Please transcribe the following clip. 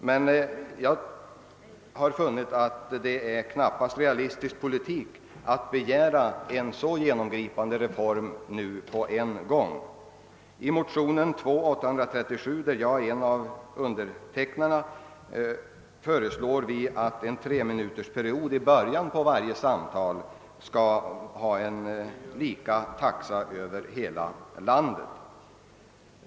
Men jag har funnit att det knappast nu är realistisk politik att begära en så genomgripande reform på en gång. I motion II: 837, där jag står scm en av undertecknarna, föreslår vi att en treminutersperiod i början av varje samtal skall åsättas samma taxa över hela landet.